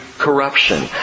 Corruption